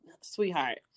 sweetheart